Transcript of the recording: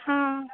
हँ